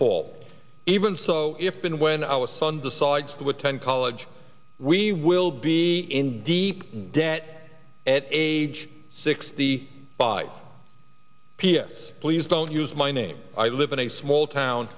fall even so if been when our son decides to attend college we will be in deep debt at age six the buy p s please don't use my name i live in a small town